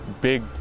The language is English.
big